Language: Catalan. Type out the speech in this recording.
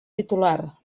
titular